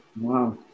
Wow